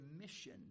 mission